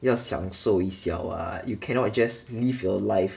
要享受一下 [what] you cannot just live your life